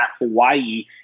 Hawaii